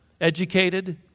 educated